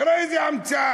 תראה איזו המצאה.